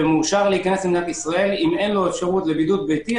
ומאושר להיכנס לשערי מדינת ישראל - אם אין לו אפשרות לבידוד ביתי,